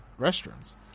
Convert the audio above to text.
restrooms